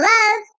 Love